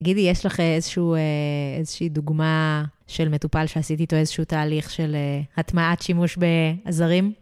תגידי, יש לך איזושהי דוגמה של מטופל שעשית איתו איזשהו תהליך של הטמעת שימוש בעזרים?